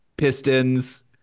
Pistons